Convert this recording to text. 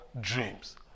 dreams